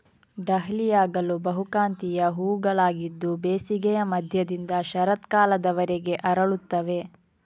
ಡಹ್ಲಿಯಾಗಳು ಬಹುಕಾಂತೀಯ ಹೂವುಗಳಾಗಿದ್ದು ಬೇಸಿಗೆಯ ಮಧ್ಯದಿಂದ ಶರತ್ಕಾಲದವರೆಗೆ ಅರಳುತ್ತವೆ